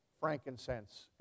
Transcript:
frankincense